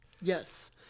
Yes